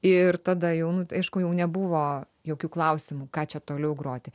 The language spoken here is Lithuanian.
ir tada jau nu aišku jau nebuvo jokių klausimų ką čia toliau groti